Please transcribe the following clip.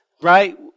right